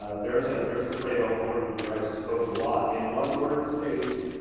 ah there's ah there's prevost owner who drives his coach a lot, in one word, safety.